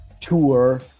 tour